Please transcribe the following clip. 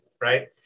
right